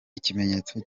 ikimenyetso